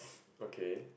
okay